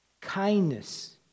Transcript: kindness